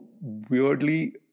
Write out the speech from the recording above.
weirdly